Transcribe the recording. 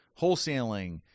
wholesaling